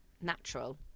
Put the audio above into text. natural